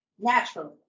Naturally